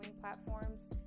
platforms